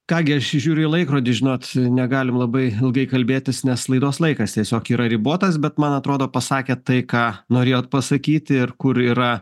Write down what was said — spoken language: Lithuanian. ką gi aš žiūriu į laikrodį žinot negalim labai ilgai kalbėtis nes laidos laikas tiesiog yra ribotas bet man atrodo pasakėt tai ką norėjot pasakyti ir kur yra